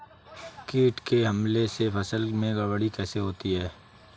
कीट के हमले से फसल में गड़बड़ी कैसे होती है?